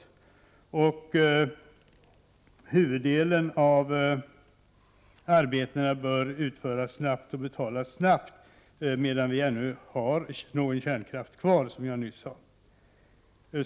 För det tredje bör huvuddelen av arbetena utföras snabbt och betalas snabbt, medan vi ännu har någon kärnkraft kvar, som jag nyss sade.